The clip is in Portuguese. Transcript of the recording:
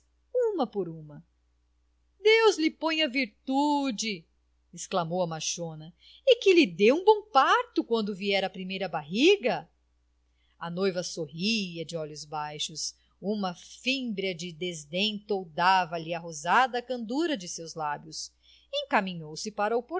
uma por uma deus lhe ponha virtude exclamou a machona e que lhe dê um bom parto quando vier a primeira barriga a noiva sorria de olhos baixas uma fímbria de desdém toldava lhe a rosada candura de seus lábios encaminhou-se para